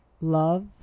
Love